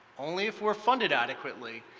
only if we are funded adequately,